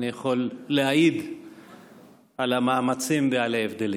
גם אני יכול להעיד על המאמצים ועל ההבדלים.